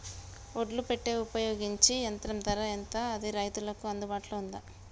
ఒడ్లు పెట్టే ఉపయోగించే యంత్రం ధర ఎంత అది రైతులకు అందుబాటులో ఉందా?